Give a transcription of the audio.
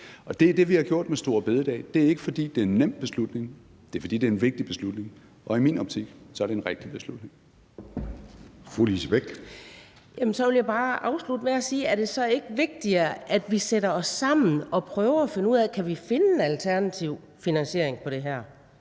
er det, vi har gjort med store bededag. Det er ikke, fordi det er en nem beslutning, det er, fordi det er en vigtig beslutning, og i min optik er det en rigtig beslutning.